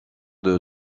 des